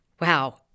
Wow